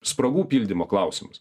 spragų pildymo klausimas